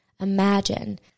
imagine